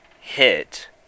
hit